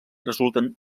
resulten